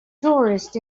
tourists